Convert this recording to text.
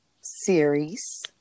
series